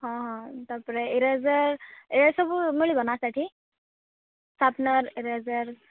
ହଁ ହଁ ତାପରେ ଇରେଜର୍ ଏସବୁ ମିଳିବ ନା ସେଠି ସାର୍ପନର୍ ଇରେଜର୍